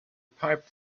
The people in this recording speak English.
pipe